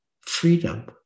freedom